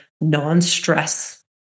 non-stress